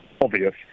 obvious